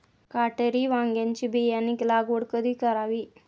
काटेरी वांग्याची बियाणे लागवड कधी करावी?